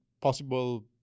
possible